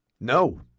No